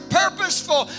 purposeful